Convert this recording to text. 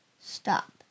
Stop